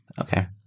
Okay